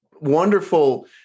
wonderful